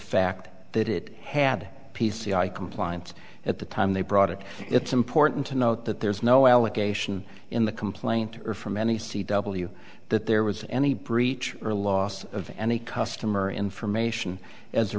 fact that it had p c i compliance at the time they brought it it's important to note that there's no allegation in the complaint or from any c w that there was any breach or loss of any customer information as a